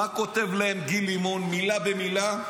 מה כותב להם גיל לימון מילה במילה?